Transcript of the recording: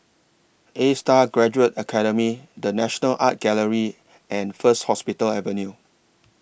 A STAR Graduate Academy The National Art Gallery and First Hospital Avenue